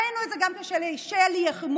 ראינו את זה גם כששלי יחימוביץ'